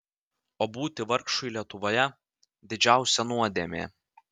o būti vargšui lietuvoje didžiausia nuodėmė